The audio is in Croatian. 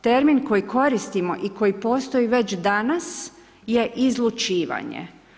Termin koji koristimo i koji postoji već danas, je izlučivanje.